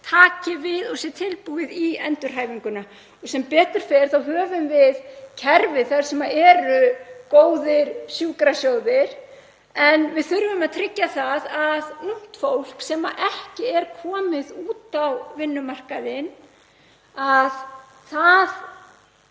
taki við og sé tilbúið í endurhæfinguna. Sem betur fer höfum við kerfi þar sem eru góðir sjúkrasjóðir en við þurfum að tryggja að ungt fólk sem ekki er komið út á vinnumarkaðinn hafi